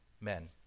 men